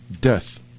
death